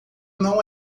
não